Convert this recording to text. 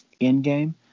Endgame